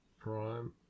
Prime